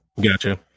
Gotcha